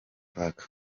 park